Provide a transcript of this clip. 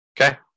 Okay